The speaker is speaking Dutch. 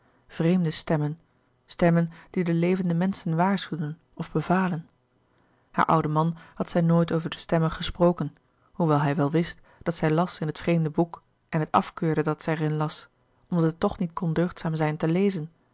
vreemde stemmen stemmen die de levende menschen waarschuwden of bevalen haar ouden man had zij nooit over de stemmen gesproken hoewel hij wel wist dat zij las in het vreemde boek en het afkeurde dat zij er in las omdat het toch niet kon deugdzaam zijn te lezen